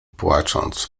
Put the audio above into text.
płacząc